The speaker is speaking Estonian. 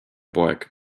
poeg